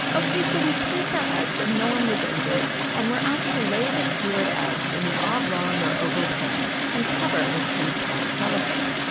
ok. so we've pierced our eggs and no one was injured. and we're asked to lay the skewered eggs in an oblong, or oval, pan and cover with transparent cellophane.